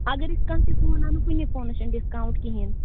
اگر أسۍ کانٛہہ تہِ فون اَنو کُنے فونَس چھَنہٕ ڈِسکاوُنٛٹ کِہیٖنۍ